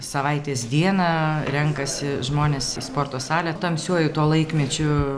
savaitės dieną renkasi žmonės į sporto salę tamsiuoju tuo laikmečiu